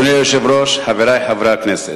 אדוני היושב-ראש, חברי חברי הכנסת,